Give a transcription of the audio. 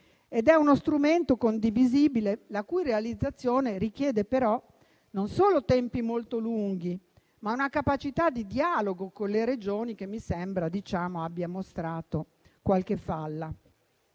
È uno strumento condivisibile, la cui realizzazione richiede però non solo tempi molto lunghi, ma una capacità di dialogo con le Regioni che mi sembra abbia mostrato qualche falla,